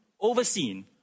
overseen